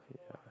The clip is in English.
yeah